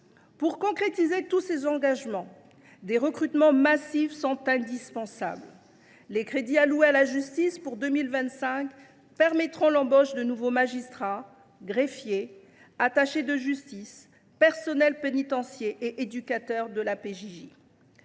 Pour concrétiser tous ces engagements, des recrutements massifs sont indispensables. Les crédits alloués à la justice pour 2025 permettront l’embauche de nouveaux magistrats, greffiers, attachés de justice, agents pénitentiaires et éducateurs de la PJJ.